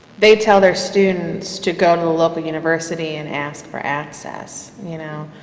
they tell their students to go to a local university and ask for access, you know.